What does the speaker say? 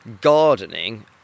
gardening